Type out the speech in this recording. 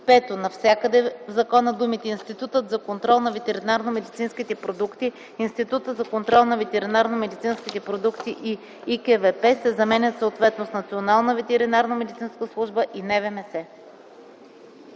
5. Навсякъде в закона думите „Институтът за контрол на ветеринарномедицинските продукти”, „Института за контрол на ветеринарномедицинските продукти” и „ИКВП” се заменят съответно с „Националната ветеринарномедицинска служба” и „НВМС”.”